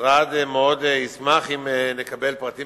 המשרד ישמח מאוד אם נקבל פרטים